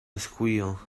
squeal